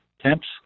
Temps